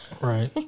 Right